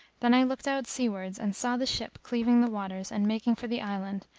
then i looked out seawards and saw the ship cleaving the waters and making for the island,